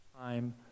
time